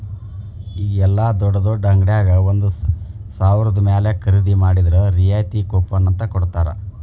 ಈಗ ಯೆಲ್ಲಾ ದೊಡ್ಡ್ ದೊಡ್ಡ ಅಂಗಡ್ಯಾಗ ಒಂದ ಸಾವ್ರದ ಮ್ಯಾಲೆ ಖರೇದಿ ಮಾಡಿದ್ರ ರಿಯಾಯಿತಿ ಕೂಪನ್ ಅಂತ್ ಕೊಡ್ತಾರ